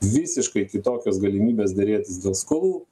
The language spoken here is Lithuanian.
visiškai kitokios galimybės derėtis dėl skolų